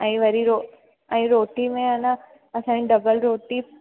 ऐं वरी रो ऐं रोटी में आहे न असांजी डबल रोटी